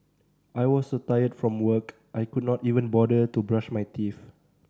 I was so tired from work I could not even bother to brush my teeth